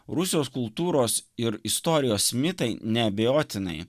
rusijos kultūros ir istorijos mitai neabejotinai